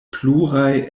pluraj